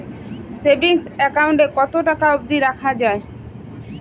Savings account এ কতো টাকা অব্দি রাখা যায়?